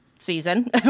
season